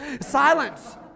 silence